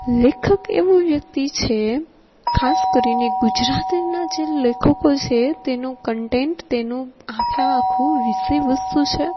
લેખક એવું વ્યક્તિ છે ખાસ કરીને ગુજરાતીના જે લેખકો છે તેનું કન્ટેન્ટ તેનું આખે આખું વિષય વસ્તુ છે